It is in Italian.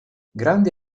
grande